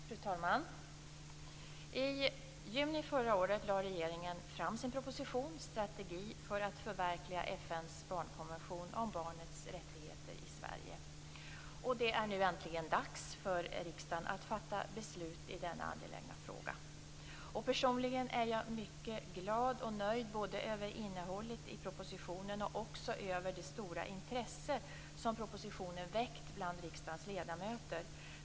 Fru talman! I juni förra året lade regeringen fram sin proposition Strategi för att förverkliga FN:s barnkonvention om barnets rättigheter i Sverige. Det är nu äntligen dags för riksdagen att fatta beslut i denna angelägna fråga. Personligen är jag mycket glad och nöjd över innehållet i propositionen och också över det stora intresse som propositionen väckt bland riksdagens ledamöter.